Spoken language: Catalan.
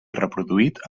reproduït